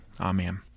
Amen